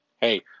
Hey